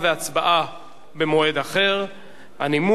והיא תועבר לדיון בוועדת החינוך,